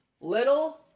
Little